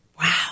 Wow